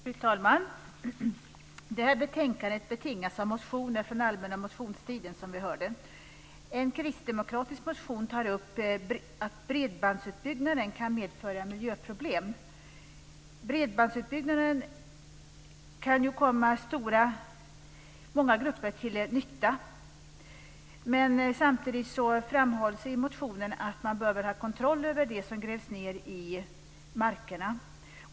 Fru talman! Detta betänkande betingas av motioner från den allmänna motionstiden, som vi hörde. I en kristdemokratisk motion tas upp att bredbandsutbyggnaden kan medföra miljöproblem. Bredbandsutbyggnaden kan ju komma många grupper till nytta, men samtidigt framhålls i motionen att man behöver ha kontroll över det som grävs ned i markerna.